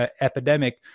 epidemic